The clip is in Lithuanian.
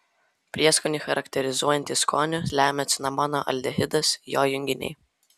prieskonį charakterizuojantį skonį lemia cinamono aldehidas jo junginiai